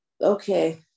Okay